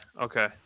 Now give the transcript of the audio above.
Okay